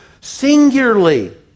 singularly